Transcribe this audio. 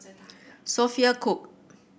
Sophia Cooke